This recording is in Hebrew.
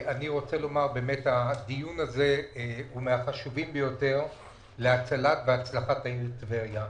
אני רוצה לומר שהדיון הזה הוא מהחשובים ביותר להצלת והצלחת העיר טבריה.